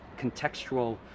contextual